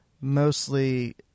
mostly